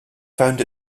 found